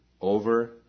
over